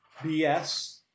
bs